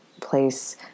place